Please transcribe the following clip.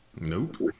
Nope